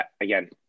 again